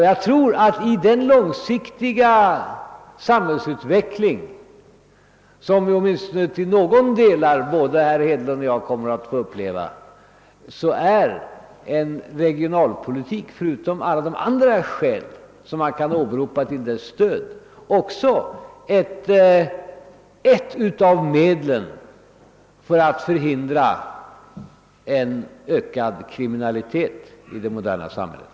Jag tror att i den långsiktiga samhällsutveckling som både herr Hedlund och jag åtminstone till någon del kommer att få uppleva är en regionalpolitik — förutom alla andra skäl som kan åberopas till stöd för den — också ett av medlen för att förhindra en ökad kriminalitet i det moderna samhället.